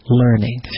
learning